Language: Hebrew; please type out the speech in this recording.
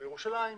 הוא בירושלים,